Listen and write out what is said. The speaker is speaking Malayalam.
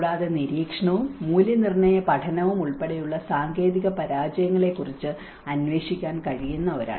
കൂടാതെ നിരീക്ഷണവും മൂല്യനിർണ്ണയ പഠനവും ഉൾപ്പെടെയുള്ള സാങ്കേതിക പരാജയങ്ങളെക്കുറിച്ച് അന്വേഷിക്കാൻ കഴിയുന്ന ഒരാൾ